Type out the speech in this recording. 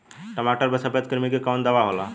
टमाटर पे सफेद क्रीमी के कवन दवा होला?